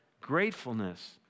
Gratefulness